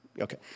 okay